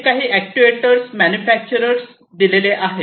हे काही actuator manufacturers आहेत